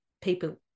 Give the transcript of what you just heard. people